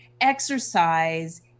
exercise